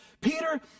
Peter